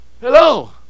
Hello